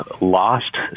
lost